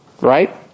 right